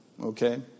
okay